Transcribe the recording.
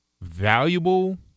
valuable